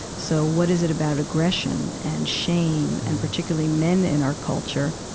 so, what is it about aggression and shame, and particularly men in our culture,